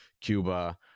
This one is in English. Cuba